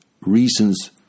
reasons